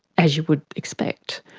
as you would expect.